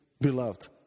beloved